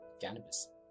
cannabis